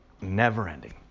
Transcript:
never-ending